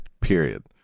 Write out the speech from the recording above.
period